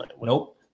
nope